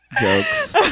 jokes